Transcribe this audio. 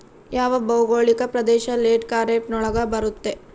ಯಾವ ಭೌಗೋಳಿಕ ಪ್ರದೇಶ ಲೇಟ್ ಖಾರೇಫ್ ನೊಳಗ ಬರುತ್ತೆ?